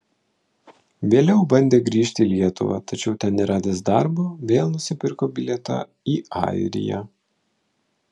vėliau bandė grįžti į lietuvą tačiau ten neradęs darbo vėl nusipirko bilietą į airiją